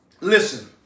Listen